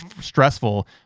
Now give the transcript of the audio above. stressful